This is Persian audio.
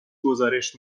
گزارش